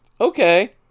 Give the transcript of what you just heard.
Okay